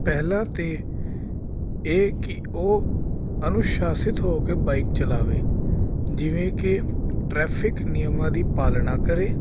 ਪਹਿਲਾਂ ਤਾਂ ਇਹ ਕਿ ਉਹ ਅਨੁਸ਼ਾਸਿਤ ਹੋ ਕੇ ਬਾਈਕ ਚਲਾਵੇ ਜਿਵੇਂ ਕਿ ਟਰੈਫਿਕ ਨਿਯਮਾਂ ਦੀ ਪਾਲਣਾ ਕਰੇ